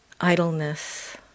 idleness